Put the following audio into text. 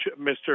Mr